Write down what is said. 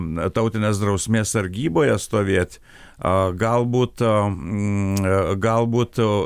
na tautinės drausmės sargyboje stovėt a gal būt a mm gal būt